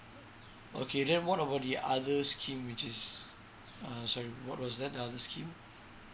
okay then what about the other scheme which is uh sorry what was that the other scheme.